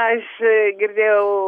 aš girdėjau